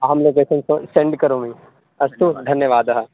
अहं location for send करोमि अस्तु धन्यवादः